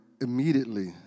immediately